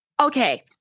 Okay